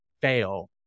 fail